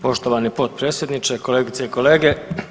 Poštovani potpredsjedniče, kolegice i kolege.